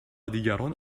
دیگران